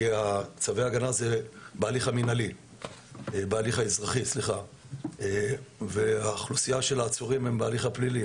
כי צווי ההגנה הם בהליך האזרחי והאוכלוסייה של העצורים הם בהליך הפלילי,